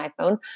iPhone